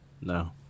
No